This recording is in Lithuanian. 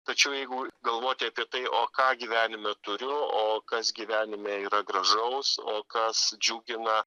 tačiau jeigu galvoti apie tai o ką gyvenime turiu o kas gyvenime yra gražaus o kas džiugina